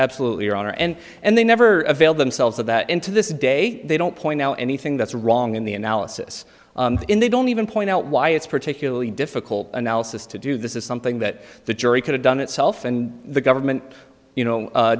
absolutely your honor and and they never availed themselves of that into this day they don't point out anything that's wrong in the analysis in they don't even point out why it's particularly difficult analysis to do this is something that the jury could've done itself and the government you know